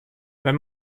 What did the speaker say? wenn